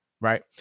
right